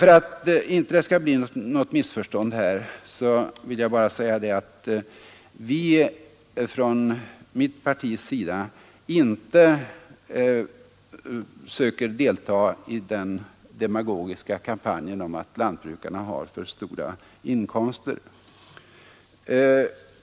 För att det inte skall bli något missförstånd vill jag säga att mitt parti inte deltar i den demagogiska kampanjen om att lantbrukarna har för stora inkomster.